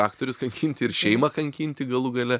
aktorius kankinti ir šeimą kankinti galų gale